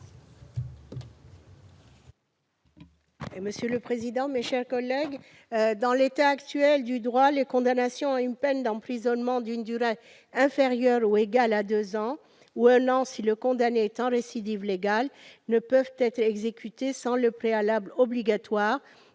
pour présenter l'amendement n° 9. Dans l'état actuel du droit, les condamnations à une peine d'emprisonnement d'une durée inférieure ou égale à deux ans, ou à un an si le condamné est en récidive légale, ne peuvent être exécutées sans le préalable obligatoire